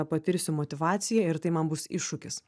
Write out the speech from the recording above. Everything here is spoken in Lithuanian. patirsiu motyvaciją ir tai man bus iššūkis